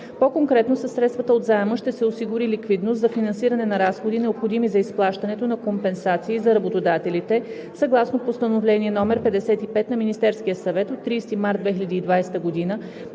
По-конкретно, със средствата от заема ще се осигури ликвидност за финансиране на разходи, необходими за изплащането на компенсации за работодателите, съгласно Постановление № 55 на Министерския съвет от 30 март 2020 г.,